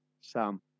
Sam